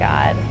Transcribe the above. God